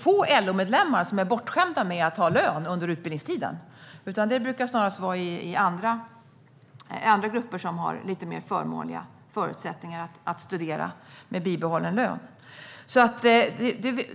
Få LO-medlemmar är bortskämda med att ha lön under utbildningstiden. Det är snarast andra grupper som har lite mer förmånliga förutsättningar att studera med bibehållen lön.